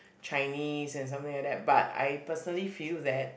Chinese and something like that but I personally feel that